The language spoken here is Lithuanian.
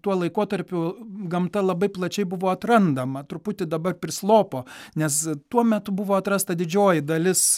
tuo laikotarpiu gamta labai plačiai buvo atrandama truputį dabar prislopo nes tuo metu buvo atrasta didžioji dalis